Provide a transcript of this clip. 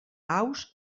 aus